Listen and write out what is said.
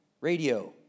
Radio